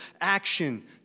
action